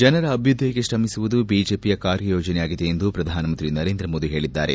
ಜನತೆಯ ಅಭ್ಯುದಯಕ್ಕೆ ತ್ರಮಿಸುವುದು ಬಿಜೆಪಿಯ ಕಾರ್ಯ ಯೋಜನೆಯಾಗಿದೆ ಎಂದು ಶ್ರಧಾನಮಂತ್ರಿ ನರೇಂದ್ರ ಮೋದಿ ಹೇಳಿದ್ದಾರೆ